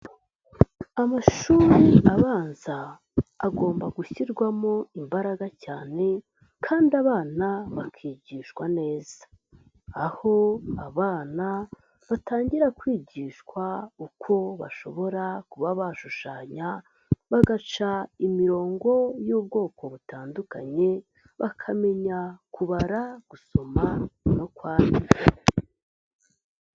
Amashuri abanza agomba gushyirwamo imbaraga cyane kandi abana bakigishwa neza, aho abana batangira kwigishwa uko bashobora kuba bashushanya, bagaca imirongo y'ubwoko butandukanye, bakamenya kubara, gusoma no kwandika.